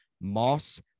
Moss